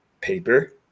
paper